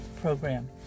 Program